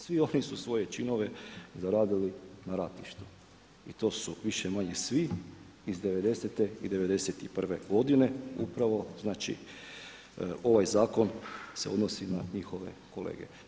Svi oni su svoje činove zaradili na ratištu i to su više-manje svi iz 90. i 91. godine upravo znači ovaj zakon se odnosi na njihove kolege.